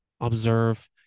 Observe